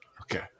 Okay